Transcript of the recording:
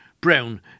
Brown